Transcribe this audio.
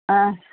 ಆ